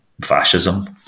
fascism